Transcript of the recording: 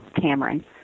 Cameron